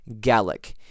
Gallic